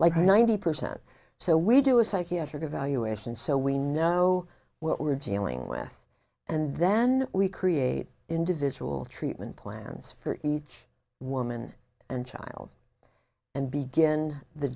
like ninety percent so we do a psychiatric evaluation so we know what we're dealing with and then we create individual treatment plans for each woman and child and begin the